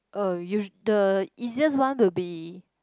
uh usu~ the easiest one will be